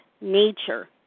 nature